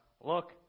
Look